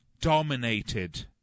dominated